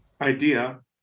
idea